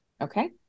Okay